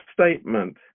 statement